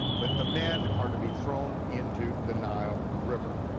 but the men are to be thrown into the nile river.